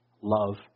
love